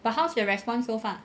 but how's your response so far